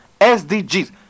SDGs